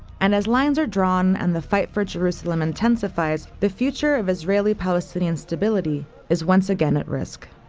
and as lines are drawn and the fight for jerusalem intensifies, the future of israeli-palestinian stability is once again at risk.